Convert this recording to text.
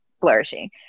flourishing